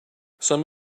some